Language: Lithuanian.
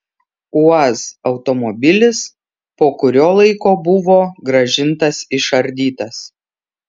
uaz automobilis po kurio laiko buvo grąžintas išardytas